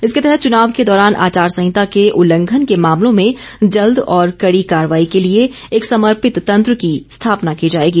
इसके तहत चुनाव के दौरान आचार संहिता के उल्लंघन के मामलों में जल्द और कड़ी कार्रवाई के लिए एक समर्पित तंत्र की स्थापना की जाएगी